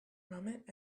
moment